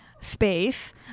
space